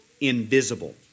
invisible